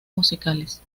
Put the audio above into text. musicales